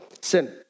sin